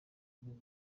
umaze